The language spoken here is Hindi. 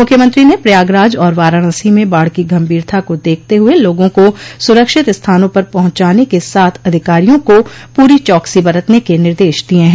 मुख्यमंत्री ने प्रयागराज और वाराणसी में बाढ़ की गम्भीरता को देखते हुये लोगों को सुरक्षित स्थानों पर पहुंचाने के साथ अधिकारियों को पूरी चौकसी बरतने के निर्देश दिये हैं